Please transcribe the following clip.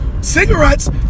cigarettes